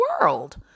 world